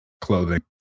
clothing